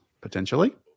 Potentially